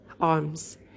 arms